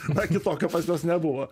na kitokio pas juos nebuvo